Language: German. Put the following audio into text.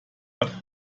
hat